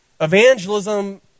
Evangelism